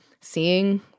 seeing